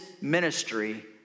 ministry